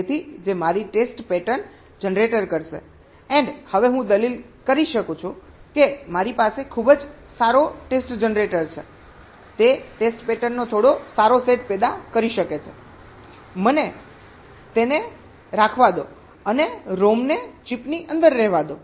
તેથી જે મારી ટેસ્ટ પેટર્ન જનરેટ કરશે હવે હું દલીલ કરી શકું છું કે મારી પાસે ખૂબ જ સારો ટેસ્ટ જનરેટર છે તે ટેસ્ટ પેટર્નનો થોડો સારો સેટ પેદા કરી શકે છે મને તેને માં રાખવા દો અને ROMને ચિપની અંદર રહેવા દો